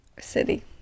City